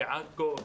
לעכו,